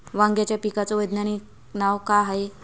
वांग्याच्या पिकाचं वैज्ञानिक नाव का हाये?